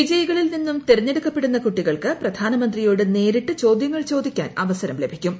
വിജയികളിൽ നിന്നും തെരഞ്ഞെടുക്കപ്പെടുന്ന കുട്ടികൾക്ക് പ്രധാനമന്ത്രിയോട് നേരിട്ട് ചോദ്യങ്ങൾ ചോദിക്കാൻ അവസരം ലഭിക്കും